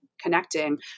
connecting